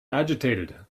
agitated